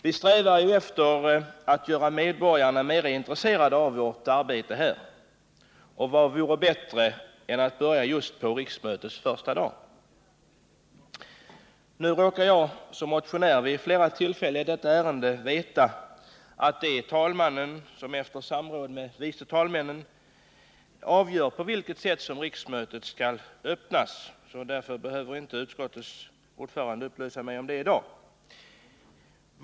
Vi strävar ju efter att göra medborgarna mera intresserade av vårt arbete här, och vad vore bättre än att börja just på riksmötets första dag? Som motionär vid flera tillfällen i detta ärende vet jag att det är talmannen som efter samråd med vice talmännen avgör på vilket sätt riksmötet skall öppnas. Därför behöver inte utskottets ordförande upplysa mig om det i dag.